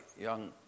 young